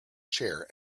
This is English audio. chair